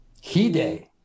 He-day